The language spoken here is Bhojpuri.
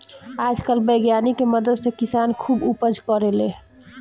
आजकल वैज्ञानिक के मदद से किसान खुब उपज करेले